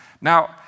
Now